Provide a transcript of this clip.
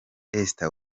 esther